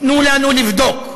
"תנו לנו לבדוק".